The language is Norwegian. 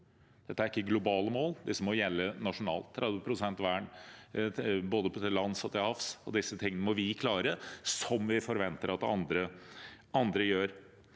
Dette er ikke globale mål, disse må gjelde nasjonalt – 30 pst. vern både til lands og til havs. Disse tingene må vi klare, som vi forventer at andre gjør.